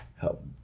help